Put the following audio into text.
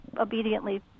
obediently